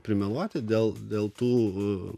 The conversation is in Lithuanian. primeluoti dėl dėl tų